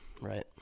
Right